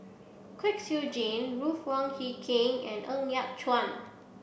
Kwek Siew Jin Ruth Wong Hie King and Ng Yat Chuan